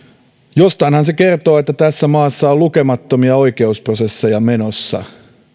jostainhan se kertoo että tässä maassa on lukemattomia oikeusprosesseja menossa